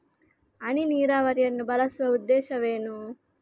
ಹನಿ ನೀರಾವರಿಯನ್ನು ಬಳಸುವ ಉದ್ದೇಶವೇನು?